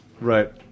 Right